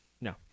No